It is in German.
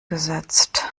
gesetzt